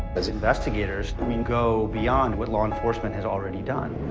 as investigators, we go beyond what law enforcement has already done.